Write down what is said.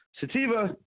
Sativa